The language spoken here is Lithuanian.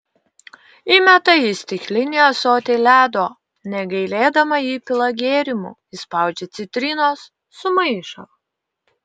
įmeta į stiklinį ąsotį ledo negailėdama įpila gėrimų išspaudžia citrinos sumaišo